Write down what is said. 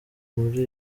muli